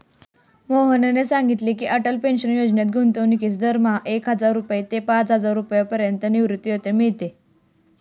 मोहनने सांगितले की, अटल पेन्शन योजनेत गुंतवणूकीस दरमहा एक हजार ते पाचहजार रुपयांपर्यंत निवृत्तीवेतन मिळते